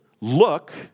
look